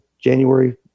January